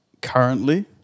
currently